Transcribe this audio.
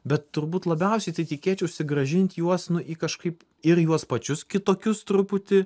bet turbūt labiausiai tai tikėčiausi grąžint juos nu į kažkaip ir juos pačius kitokius truputį